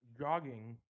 jogging